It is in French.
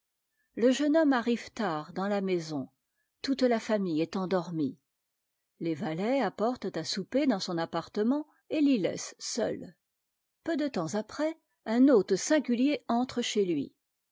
le jeune homme arrive tard dans la maison toute la famille est endormie les valets apportent à souper dans son appartement et t'y laissent seul peu de temps après un hôte singulier entre chez lui